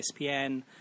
ESPN